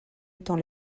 étant